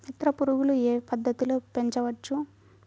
మిత్ర పురుగులు ఏ పద్దతిలో పెంచవచ్చు?